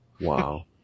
Wow